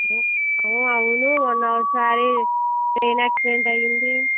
ఆ అవ్ అవును మొన్న ఒకసారి ట్రైన్ ఆక్సిడెంట్ అయ్యింది